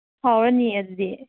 ꯍꯥꯎꯔꯅꯤ ꯑꯗꯨꯗꯤ